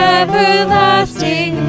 everlasting